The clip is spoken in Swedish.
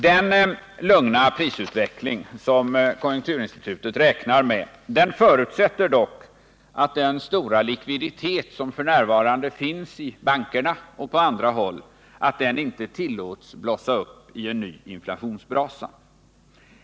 Den lugna prisutveckling som konjunkturinstitutet räknar med förutsätter dock att den stora likviditet som f. n. finns i bankerna och på andra håll inte tillåts blossa upp i en ny inflationsbrasa.